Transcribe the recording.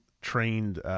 trained